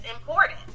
important